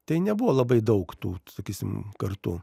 tai nebuvo labai daug tų sakysim kartu